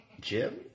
Jim